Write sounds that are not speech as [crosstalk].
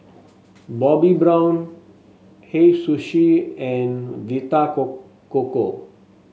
Bobbi Brown Hei Sushi and Vita [unintelligible] Coco